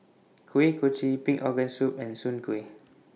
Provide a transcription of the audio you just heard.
Kuih Kochi Pig Organ Soup and Soon Kueh